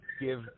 give